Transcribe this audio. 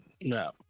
No